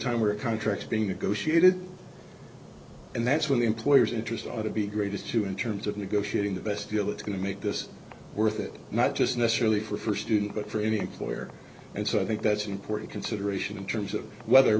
a contract is being negotiated and that's what the employers interest ought to be greatest to in terms of negotiating the best deal it's going to make this worth it not just necessarily for students but for any employer and so i think that's an important consideration in terms of whether